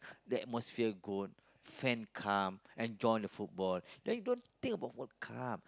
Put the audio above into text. the atmosphere good fan come and join the football then don't think about World Cup